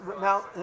now